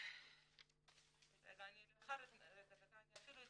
זאת נקודה אחת שאנחנו צריכים